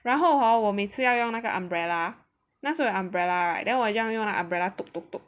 然后 hor 我每次要用那个 umbrella 那时候 umbrella right then 我用那个 umbrella